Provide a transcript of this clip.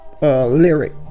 lyric